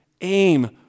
aim